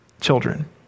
children